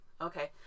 Okay